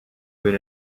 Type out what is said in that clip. been